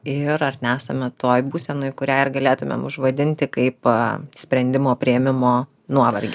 ir ar nesame toj būsenoj kurią ir galėtumėm užvadinti kaip a sprendimo priėmimo nuovargis